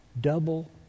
Double